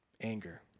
Anger